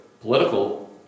political